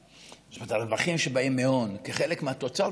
שהרווחים שבאים מהון כחלק מהתוצר,